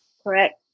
Correct